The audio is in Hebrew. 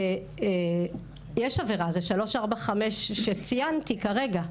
יש עבירה, זה 345 שציינתי כרגע.